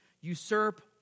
usurp